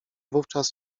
wówczas